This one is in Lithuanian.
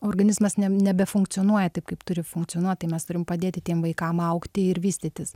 organizmas ne nebefunkcionuoja taip kaip turi funkcionuot tai mes turim padėti tiem vaikam augti ir vystytis